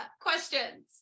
questions